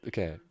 Okay